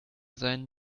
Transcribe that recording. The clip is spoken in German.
sein